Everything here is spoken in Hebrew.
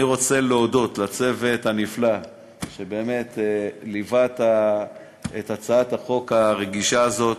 אני רוצה להודות לצוות הנפלא שליווה את הצעת החוק הרגישה הזאת.